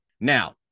Now